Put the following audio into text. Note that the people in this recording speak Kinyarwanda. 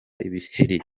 ibiheri